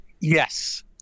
Yes